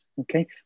okay